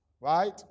right